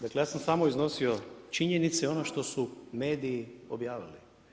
Dakle ja sam samo iznosio činjenice i ono što su mediji objavili.